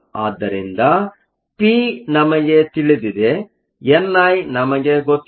ಆದ್ದರಿಂದ ಪಿ ನಮಗೆ ತಿಳಿದಿದೆ ಎನ್ ಐ ನಮಗೆ ಗೊತ್ತಿದೆ